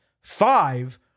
Five